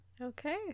Okay